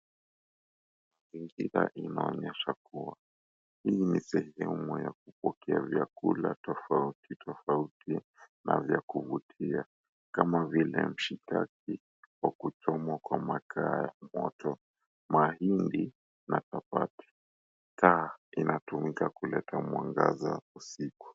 Mazingira inaonyesha kua hii ni sehemu ya kupokea vyakula tofauti tofauti na vya kuvutia kama vile; mshikaki wa kuchomwa kwa makaa ya moto, mahindi na chapati. Taa inatumika kuleta mwangaza usiku.